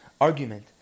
argument